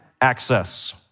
access